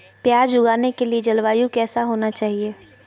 प्याज उगाने के लिए जलवायु कैसा होना चाहिए?